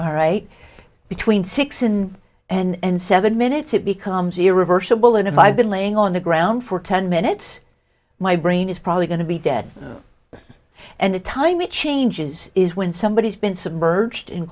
all right between six in and seven minutes it becomes irreversible and if i've been laying on the ground for ten minutes my brain is probably going to be dead and the time it changes is when somebody has been submerged in